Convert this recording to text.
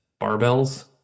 barbells